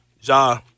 Ja